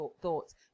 thoughts